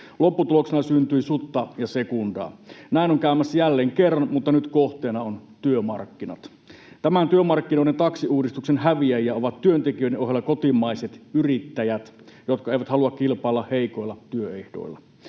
Lopputuloksena syntyi sutta ja sekundaa. Näin on käymässä jälleen kerran, mutta nyt kohteena ovat työmarkkinat. Tämän ’työmarkkinoiden taksiuudistuksen’ häviäjiä ovat työntekijöiden ohella kotimaiset yrittäjät, jotka eivät halua kilpailla heikoilla työehdoilla.